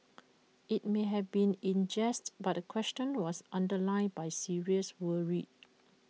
IT may have been in jest but the question was underlined by serious worry